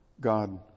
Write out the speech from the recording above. God